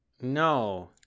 No